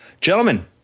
Gentlemen